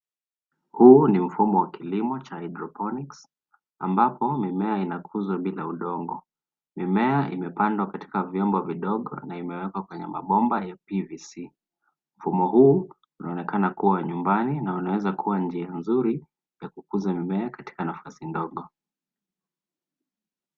Huu ni mfumo wa kilimo cha hidroponics ambapo mimea inakuzwa bila udongo. Mimea imepandwa katika vyombo vidogo na imewekwa kwenye mabomba ya PVC. Mfumo huu unaonekana kuwa wa nyumbani na unaweza kuwa njia nzuri ya kukuza mimea katika nafasi ndogo.